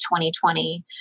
2020